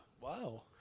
Wow